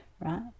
right